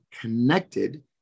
connected